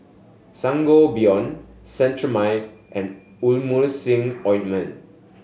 Sangobion Cetrimide and Emulsying Ointment